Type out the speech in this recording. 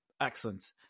Excellent